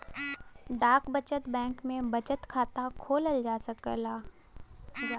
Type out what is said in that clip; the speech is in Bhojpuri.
डाक बचत बैंक में बचत खाता खोलल जा सकल जाला